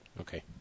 okay